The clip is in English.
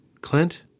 Clint